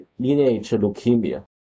leukemia